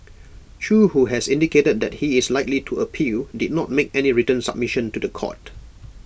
chew who has indicated that he is likely to appeal did not make any written submission to The Court